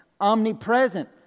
omnipresent